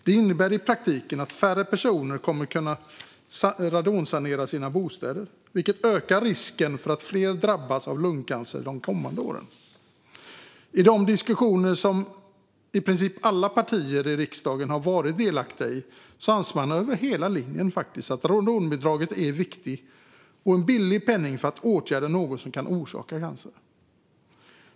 Det innebär i praktiken att färre personer kommer att kunna radonsanera sina bostäder, vilket ökar risken för att fler drabbas av lungcancer de kommande åren. I de diskussioner som i princip alla partier i riksdagen har varit delaktiga i anser man faktiskt över hela linjen att radonbidraget är viktigt och en billig penning för att åtgärda något som kan orsaka cancer.